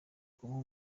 kumuha